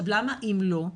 עכשיו למה "אם לא"?